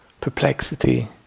perplexity